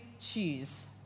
choose